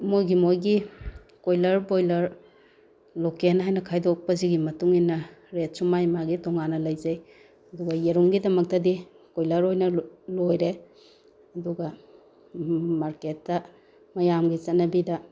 ꯃꯣꯏꯒꯤ ꯃꯣꯏꯒꯤ ꯀꯣꯏꯂꯔ ꯕꯣꯏꯂꯔ ꯂꯣꯀꯦꯜ ꯍꯥꯏꯅ ꯈꯥꯏꯗꯣꯛꯄꯁꯤꯒꯤ ꯃꯇꯨꯡ ꯏꯟꯅ ꯔꯦꯠꯁꯨ ꯃꯥꯏ ꯃꯥꯏꯒꯤ ꯇꯣꯡꯉꯥꯟꯅ ꯂꯩꯖꯩ ꯑꯗꯨꯒ ꯌꯦꯔꯨꯝꯒꯤꯗꯃꯛꯇꯗꯤ ꯀꯣꯏꯂꯔ ꯑꯣꯏꯅ ꯂꯣꯏꯔꯦ ꯑꯗꯨꯒ ꯃꯥꯔꯀꯦꯠꯇ ꯃꯌꯥꯝꯒꯤ ꯆꯠꯅꯕꯤꯗ